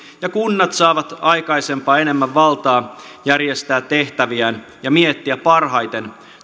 ja kunnat saavat aikaisempaa enemmän valtaa järjestää tehtäviään ja miettiä parhaiten